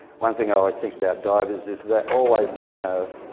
one thing i always think about divers is they're always going to have